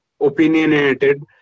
opinionated